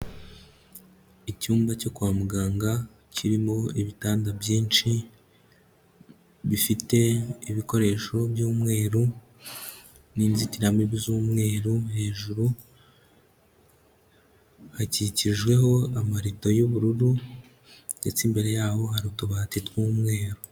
Icyumba cyo kwa muganga kirimo ibitanda byinshi bifite ibikoresho by'umweru n'inzitiramibu z'umweru, hejuru hakikijweho amarido y'ubururu ndetse imbere yaho hari utubati tw'umweru.